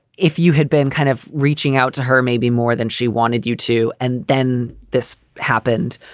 if you had been kind of reaching out to her maybe more than she wanted you to and then this happened.